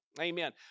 Amen